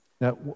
Now